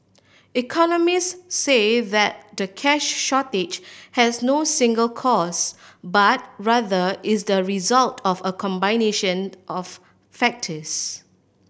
economist say that the cash shortage has no single cause but rather is the result of a combination of factors